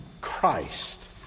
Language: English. Christ